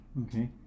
Okay